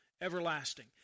everlasting